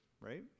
right